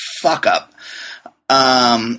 fuck-up